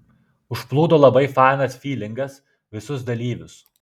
užplūdo labai fainas fylingas visus dalyvius